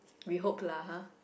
we hope lah !huh!